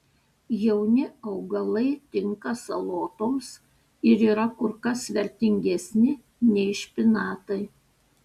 jauni augalai tinka salotoms ir yra kur kas vertingesni nei špinatai